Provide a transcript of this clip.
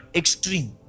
extreme